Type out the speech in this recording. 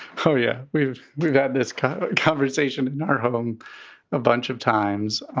chorea. we've we've had this conversation in our home a bunch of times,